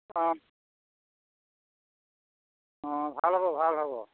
অঁ অঁ ভাল হ'ব ভাল হ'ব